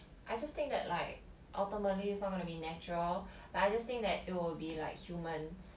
I just think that like ultimately it's not gonna be natural but I just think that it'll be like humans